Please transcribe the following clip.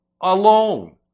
alone